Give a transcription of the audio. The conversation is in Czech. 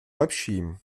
lepším